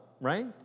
Right